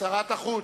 שרת החוץ.